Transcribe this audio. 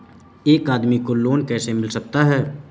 एक आदमी को लोन कैसे मिल सकता है?